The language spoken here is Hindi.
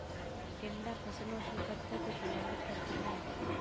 टिड्डा फसलों की पत्ती को प्रभावित करता है